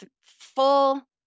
full